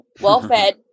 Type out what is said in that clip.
well-fed